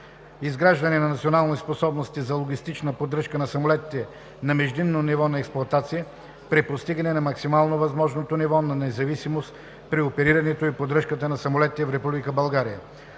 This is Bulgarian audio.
изграждане на национални способности за логистична поддръжка на самолетите на междинно ниво на експлоатация при постигане на максимално възможното ниво на независимост при оперирането и поддръжката на самолетите в Република България;